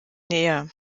näher